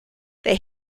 they